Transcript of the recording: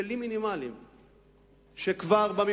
כלים מינימליים,